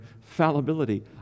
fallibility